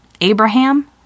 Abraham